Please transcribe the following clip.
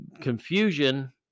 confusion